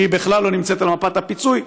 שהיא בכלל לא נמצאת על מפת הפיצוי,